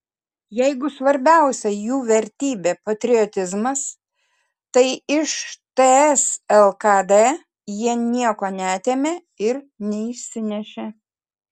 jeigu svarbiausia jų vertybė patriotizmas tai iš ts lkd jie nieko neatėmė ir neišsinešė